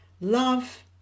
love